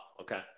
okay